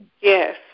Yes